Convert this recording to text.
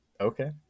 Okay